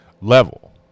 level